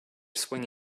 swing